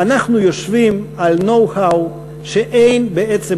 אנחנו יושבים על know-how שאין בעצם